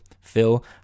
Phil